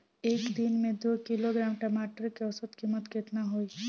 एक दिन में दो किलोग्राम टमाटर के औसत कीमत केतना होइ?